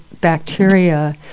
bacteria